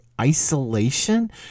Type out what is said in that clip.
isolation